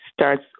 starts